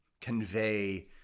convey